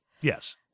Yes